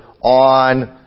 on